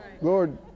Lord